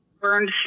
burned